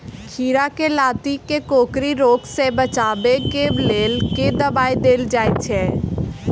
खीरा केँ लाती केँ कोकरी रोग सऽ बचाब केँ लेल केँ दवाई देल जाय छैय?